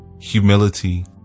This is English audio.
humility